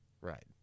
Right